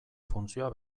funtzioa